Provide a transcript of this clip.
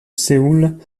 séoul